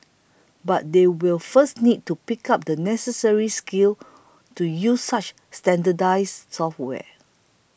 but they will first need to pick up the necessary skills to use such standardised software